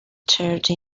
charge